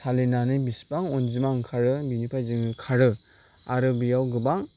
सालिनानै बेसेबां अनजिमा ओंखारो बिनिफ्राय जोङो खारो आरो बेयाव गोबां